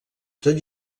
tot